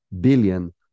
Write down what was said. billion